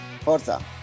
Forza